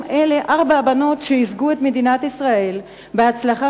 אלה ארבע הבנות שייצגו את מדינת ישראל בהצלחה